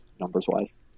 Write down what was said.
numbers-wise